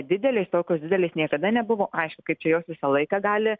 didelės tokios didelės niekada nebuvo aišku kaip čia jos visą laiką gali